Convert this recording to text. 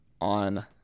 on